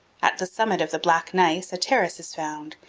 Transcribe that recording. at the summit of the black gneiss a terrace is found,